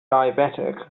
diabetic